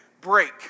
Break